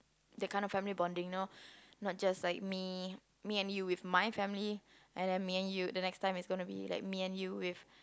that kind of family bonding you know not just like me me and you with my family and then me and you and the next time is gonna be like me and you with